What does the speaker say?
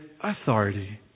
authority